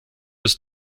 bis